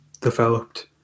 developed